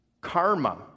Karma